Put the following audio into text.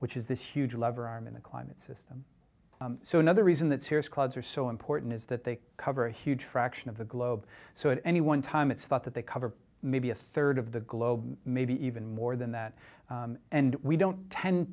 which is this huge lever arm in the climate system so another reason that cirrus clouds are so important is that they cover a huge fraction of the globe so at any one time it's thought that they cover maybe a third of the globe maybe even more than that and we don't tend